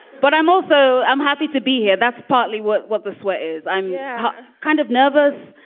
but i'm also i'm happy to be here that's partly what what the sweat is. i'm yeah kind of nervous.